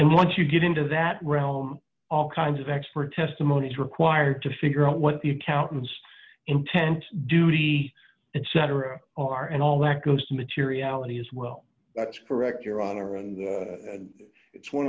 and once you get into that realm all kinds of expert testimony is required to figure out what the accountants intent duty etc are and all that goes to materiality as well that's correct your honor and it's one